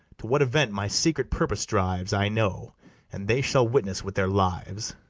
to what event my secret purpose drives, i know and they shall witness with their lives.